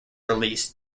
release